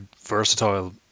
versatile